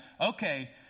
okay